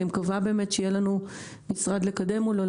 אני מקווה שיהיה לנו משרד לקדם מולו.